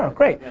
um great.